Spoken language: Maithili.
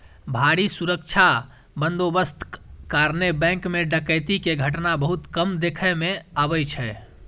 भारी सुरक्षा बंदोबस्तक कारणें बैंक मे डकैती के घटना बहुत कम देखै मे अबै छै